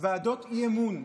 ועדות אי-אמון.